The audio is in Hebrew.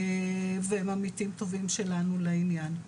והם עמיתים טובים שלנו לעניין.